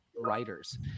writers